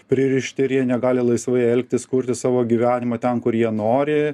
pririšti ir jie negali laisvai elgtis kurti savo gyvenimą ten kur jie nori